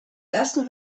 ersten